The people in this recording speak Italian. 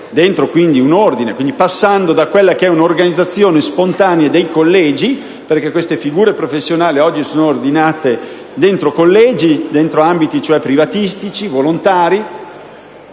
dentro un ordine, passando dall'organizzazione spontanea dei collegi - perché queste figure professionali oggi sono ordinate dentro collegi, cioè ambiti privatistici e volontari